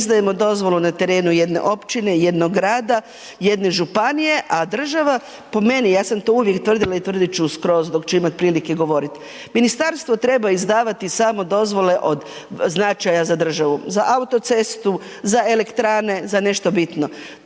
izdajemo dozvolu na terenu jedne općine, jednoga grada, jedne županije, a država po meni ja sam to uvijek tvrdila i tvrdit ću skroz dok ću imati prilike govoriti, ministarstvo treba izdavati samo dozvole od značaja za državu: za autocestu, za elektrane, za nešto bitno.